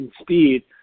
speed